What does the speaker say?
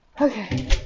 Okay